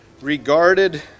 regarded